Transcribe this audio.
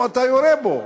אתה יורה בו,